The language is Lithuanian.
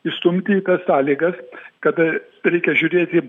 įstumti į tas sąlygas kada reikia žiūrėti